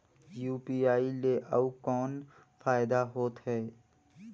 UPI ले अउ कौन फायदा होथ है?